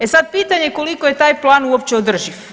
E sad pitanje je koliko je taj plan uopće održiv?